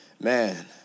man